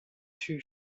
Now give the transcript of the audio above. two